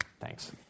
Thanks